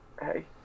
Hey